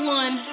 one